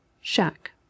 Shack